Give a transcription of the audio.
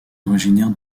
originaire